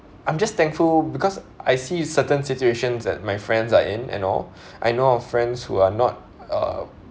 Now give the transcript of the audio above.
I'm just thankful because I see certain situations at my friends are in and all I know of friends who are not uh